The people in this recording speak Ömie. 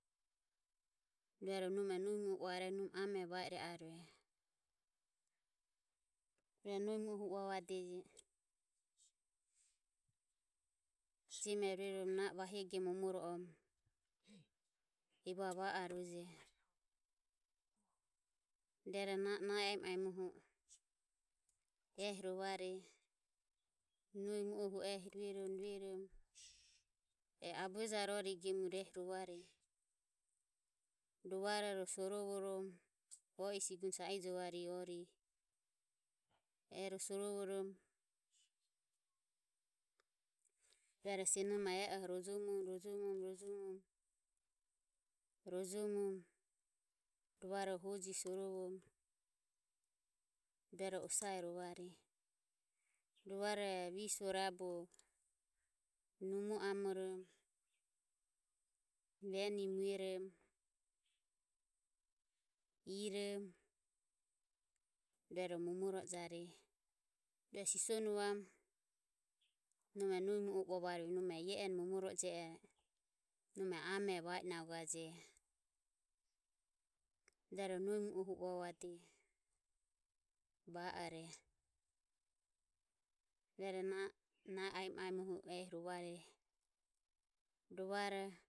Ruero nome nohi mu oho uavare, nome amore va ire arue rueroho nohi mu oho uavuade. Jeme ruerom na o vahie gemu na o momoro orom evare va aruje. Ruero na o nahi aemo aemohu o ehi rovare nohi mu ohu o ruerom ruerom e abuejare ori gemure ehi rovare. Rovaro ro sorovorom o I sigune sa ijovare orire ero sorovorom ruero senomaho e o rojomorom rojomoromo rojomoromo rovaroho hojire sorovoromo rueroho osare rovareje. Rovaro visuo raboho numo amorom veni muerom irom rueroho momoro ojareje. Sisonuvam nome nohi mu oho uavareje nome ia eni momoro oje ero nome amero va i naguaje rueroho nohi mu ohuro uavade va ore, rueroho na o nahi aemo aemo ehi rovare rovaroho.